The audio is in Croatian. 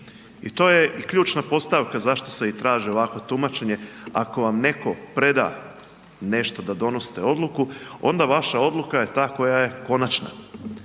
I to je ključna postavka zašto se i traži ovakvo tumačenje ako vam netko preda nešto da donosite odluku onda vaša odluka je ta koja je konačna.